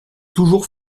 toujours